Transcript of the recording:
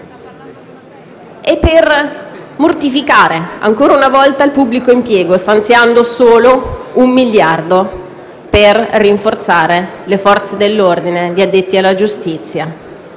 e per mortificare ancora una volta il pubblico impiego, stanziando solo un miliardo per rinforzare le Forze dell'ordine, gli addetti alla giustizia.